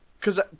cause